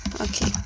Okay